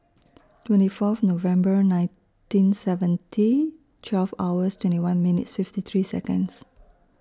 twenty Fourth November nineteen seventy twelve hours twenty one minutes fifty three Seconds